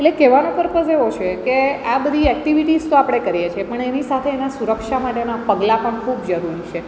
એટલે કહેવાનો પર્પસ એવો છે કે આ બધી એક્ટિવિટીસ તો આપણે કરીએ છીએ પણ એની સાથે એના સુરક્ષા માટેના પગલાં પણ ખૂબ જરૂરી છે